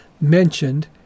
mentioned